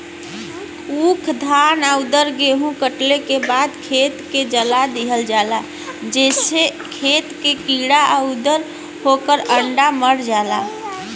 ऊख, धान आउर गेंहू कटले के बाद खेत के जला दिहल जाला जेसे खेत के कीड़ा आउर ओकर अंडा मर जाला